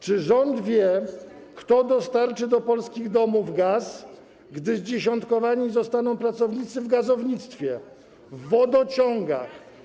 Czy rząd wie, kto dostarczy do polskich domów gaz, gdy zdziesiątkowani zostaną pracownicy w gazownictwie, w wodociągach?